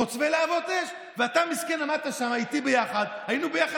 כשאתה היית יושב-ראש הוועדה המסדרת ואנחנו היינו איתכם